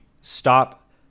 Stop